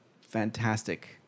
fantastic